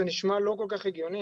זה נשמע לא כל כך הגיוני,